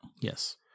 yes